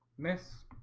miss